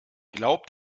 glaubt